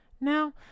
Now